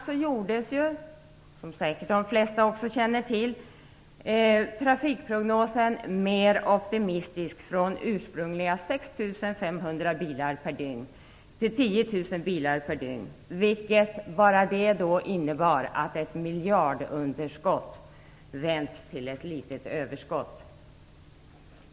Som säkert de flesta känner till gjordes trafikprognosen mer optimistisk från ursprungliga 6 500 bilar per dygn till 10 000 bilar per dygn, vilket bara det innebar att ett miljardunderskott vänts till ett litet överskott.